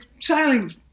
sailing